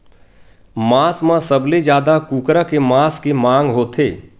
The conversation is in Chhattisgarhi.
मांस म सबले जादा कुकरा के मांस के मांग होथे